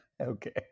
Okay